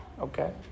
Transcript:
Okay